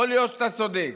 יכול להיות שאתה צודק.